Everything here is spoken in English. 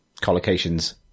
collocations